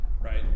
right